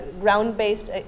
ground-based